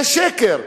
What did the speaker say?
זה שקר.